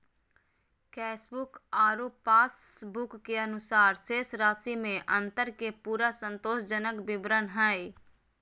cashbook आरो passbook के अनुसार शेष राशि में अंतर के पूरा संतोषजनक विवरण हइ